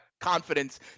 confidence